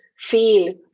feel